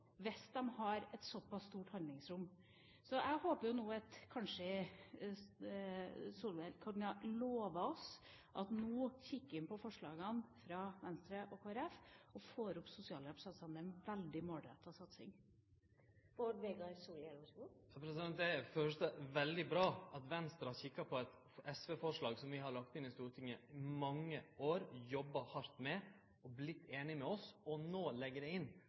hvis de har et såpass stort handlingsrom. Så jeg håper nå at Solhjell kan love oss at han kikker på forslagene fra Venstre og Kristelig Folkeparti og får opp sosialhjelpssatsene. Det er en veldig målrettet satsing. Det er veldig bra at Venstre har kikka på eit SV-forslag som vi har lagt inn i Stortinget i mange år og jobba hardt med, vorte einige med oss og no legg det inn.